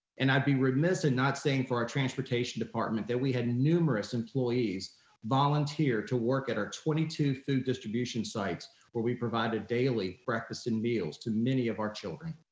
and i'd be remissing not saying for our transportation department that we had numerous employees volunteer to work at our twenty two food distribution sites where we provide a daily breakfast and meals to many of our children.